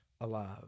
alive